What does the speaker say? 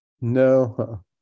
No